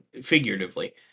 figuratively